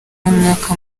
umwuka